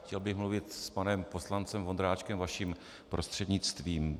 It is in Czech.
Chtěl bych mluvit s panem poslancem Vondráčkem vaším prostřednictvím.